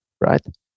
right